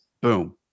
boom